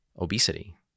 obesity